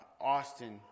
Austin